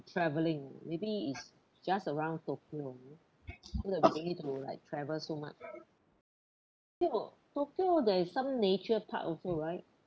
travelling maybe it's just around tokyo so that we don't need to like travel so much tokyo tokyo there is some nature part also right